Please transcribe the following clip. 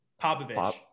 popovich